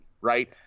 Right